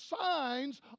signs